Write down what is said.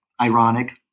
ironic